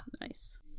nice